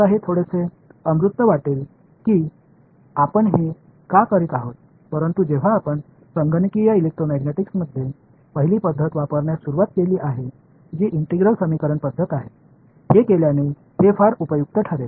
எனவே இது கொஞ்சம் சுருக்கமாகத் தோன்றும் அதனால் தான் இதைச் செய்கிறோம் ஆனால் கம்புடஷனல் எலெக்ட்ரோமேக்னெட்டிக்ஸில் முதல் முறையை எடுக்கத் தொடங்கும் போது இது ஒருங்கிணைந்த சமன்பாடு முறையாகும் இதைச் செய்தபின் இது மிகவும் பயனுள்ளதாக இருக்கும்